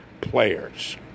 players